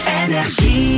energy